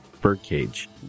Birdcage